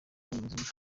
n’umuyobozi